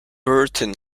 burton